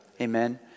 Amen